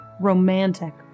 romantic